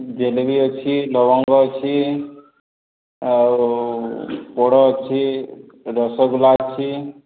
ଜଲେବି ଅଛି ଲବଙ୍ଗ ଅଛି ଆଉ ପୋଡ଼ ଅଛି ରସଗୋଲା ଅଛି